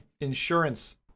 insurance